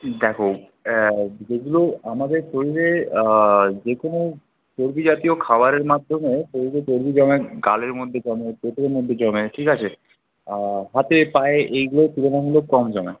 দেখ যেগুলো আমাদের শরীরে যেকোনও চর্বি জাতীয় খাবারের মাধ্যমে সেই সব চর্বি জমে গালের মধ্যে জমে পেটের মধ্যে জমে ঠিক আছে হাতে পায়ে এগুলোতে তুলনামূলক কম জমে